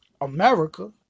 America